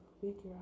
figure